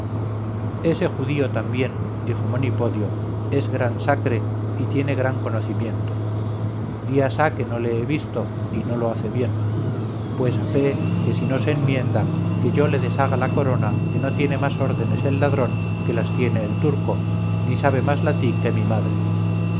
ese judío también dijo monipodio es gran sacre y tiene gran conocimiento días ha que no le he visto y no lo hace bien pues a fe que si no se enmienda que yo le deshaga la corona que no tiene más órdenes el ladrón que las tiene el turco ni sabe más latín que mi madre